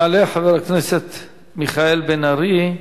יעלה חבר הכנסת מיכאל בן-ארי.